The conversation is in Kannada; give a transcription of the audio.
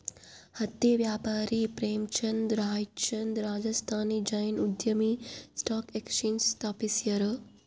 ಹತ್ತಿ ವ್ಯಾಪಾರಿ ಪ್ರೇಮಚಂದ್ ರಾಯ್ಚಂದ್ ರಾಜಸ್ಥಾನಿ ಜೈನ್ ಉದ್ಯಮಿ ಸ್ಟಾಕ್ ಎಕ್ಸ್ಚೇಂಜ್ ಸ್ಥಾಪಿಸ್ಯಾರ